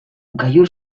gailur